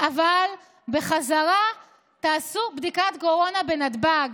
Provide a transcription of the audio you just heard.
אבל בחזרה תעשו בדיקת קורונה בנתב"ג.